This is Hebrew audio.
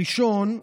הראשון,